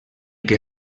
que